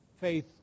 faith